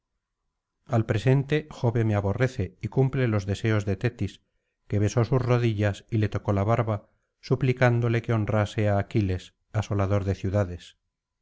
al presente jove me aborrece y cumple los deseos de tetis que besó sus rodillas y le tocó la barba suplicándole que honrase á aquiles asolador de ciudades